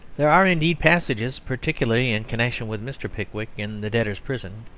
there are, indeed, passages, particularly in connection with mr. pickwick in the debtor's prison,